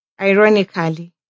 Ironically